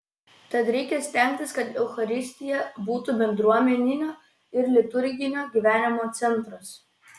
tad reikia stengtis kad eucharistija būtų bendruomeninio ir liturginio gyvenimo centras